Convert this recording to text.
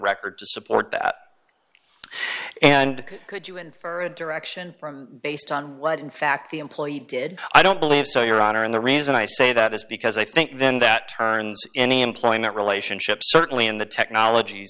record to support that and could you infer a direction from based on what in fact the employee did i don't believe so your honor and the reason i say that is because i think then that turns any employment relationship certainly in the technology